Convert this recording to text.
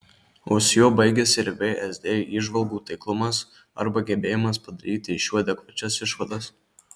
o su juo baigiasi ir vsd įžvalgų taiklumas arba gebėjimas padaryti iš jų adekvačias išvadas